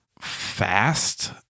fast